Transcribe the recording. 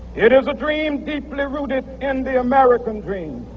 it is a dream deeply rooted in the american dream.